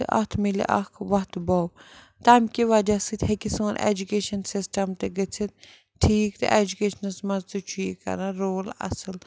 تہٕ اَتھ مِلہِ اَکھ وَتھٕ بَو تَمہِ کہِ وجہ سۭتۍ ہٮ۪کہِ سون اٮ۪جُکیشَن سِسٹَم تہِ گٔژھِتھ ٹھیٖک تہٕ اٮ۪جُکیشنَس منٛز تہِ چھُ یہِ کَران رول اَصٕل